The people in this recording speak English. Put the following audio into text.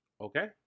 okay